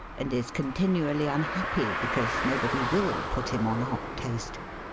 and is continually unhappy because no body will put him on hot toast.